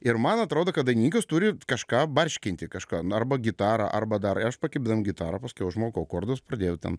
ir man atrodo kad dainininkas turi kažką barškinti kažką nu arba gitarą arba dar aš pakibdavau gitarą paskiau išmokau akordus pradėjau ten